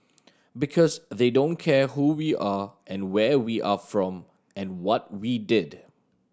because they don't care who we are and where we are from and what we did